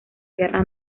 tierra